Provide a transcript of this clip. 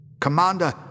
Commander